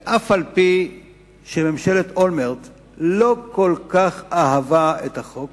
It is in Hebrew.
אף-על-פי שממשלת אולמרט לא כל כך אהבה את החוק